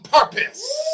purpose